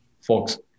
folks